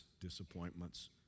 disappointments